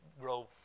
grow